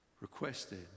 requested